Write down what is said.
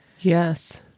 Yes